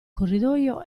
corridoio